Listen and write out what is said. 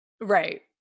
Right